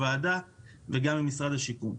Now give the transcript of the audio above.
ועם משרד השיכון.